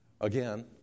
again